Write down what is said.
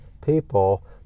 people